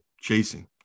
chasing